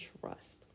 trust